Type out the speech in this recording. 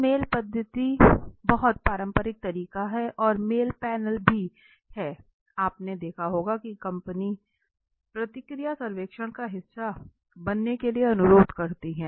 तो मेल पद्धति बहुत पारंपरिक तरीका है और मेल पैनल भी हैं आपने देखा होगा कंपनी प्रतिक्रिया सर्वेक्षण का हिस्सा बनने के लिए अनुरोध करती है